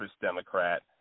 Democrat